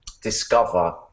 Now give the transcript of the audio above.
discover